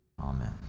Amen